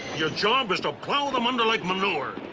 your job is to plough them under like manure.